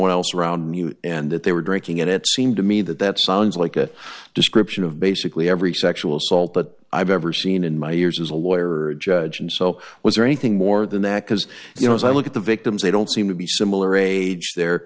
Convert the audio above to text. one else around you and that they were drinking and it seemed to me that that sounds like a description of basically every sexual assault that i've ever seen in my years as a lawyer or a judge and so was there anything more than that because you know as i look at the victims they don't seem to be similar age the